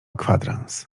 kwadrans